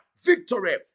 Victory